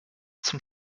zum